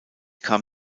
kam